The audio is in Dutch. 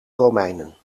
romeinen